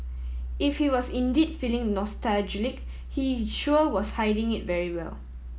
if he was indeed feeling nostalgic he sure was hiding it very well